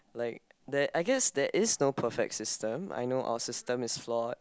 like there I guess there is no perfect system I know our system is flawed